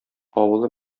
авылы